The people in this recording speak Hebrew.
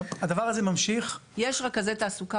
הדבר הזה ממשיך --- יש רכזי תעסוקה